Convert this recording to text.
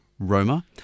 Roma